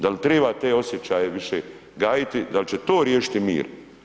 Da li treba te osjećaje više gajiti, da li će to riješiti mir?